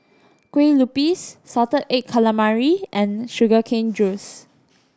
Kueh Lupis salted egg calamari and sugar cane juice